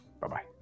bye-bye